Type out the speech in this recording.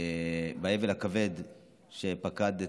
באבל הכבד שפקד,